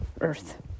earth